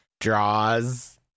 draws